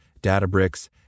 Databricks